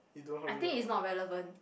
I think is not relevant